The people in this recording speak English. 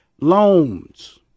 Loans